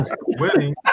winning